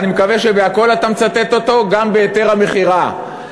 אני מקווה שבכול אתה מצטט אותו: גם בהיתר המכירה,